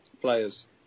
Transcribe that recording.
players